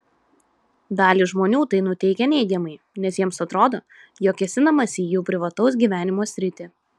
dalį žmonių tai nuteikia neigiamai nes jiems atrodo jog kėsinamasi į jų privataus gyvenimo sritį